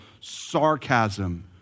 sarcasm